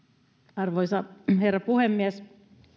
arvoisa herra puhemies